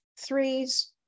Threes